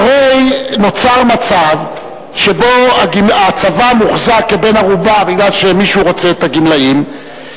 הרי נוצר מצב שבו הצבא מוחזק כבן-ערובה כי מישהו רוצה את הגמלאים,